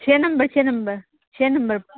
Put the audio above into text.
چھ نمبر چھ نمبر چھ نمبر